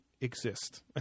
exist